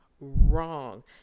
wrong